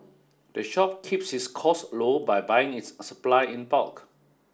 the shop keeps its costs low by buying its supply in bulk